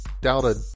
doubted